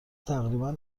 تقریبا